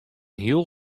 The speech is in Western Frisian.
heel